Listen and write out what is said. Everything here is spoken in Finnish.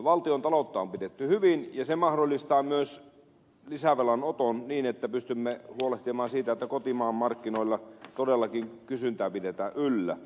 valtiontaloutta on pidetty hyvin ja se mahdollistaa myös lisävelanoton niin että pystymme huolehtimaan siitä että kotimaan markkinoilla todellakin kysyntää pidetään yllä